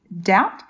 doubt